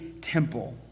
temple